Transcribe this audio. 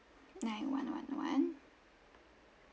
nine one one one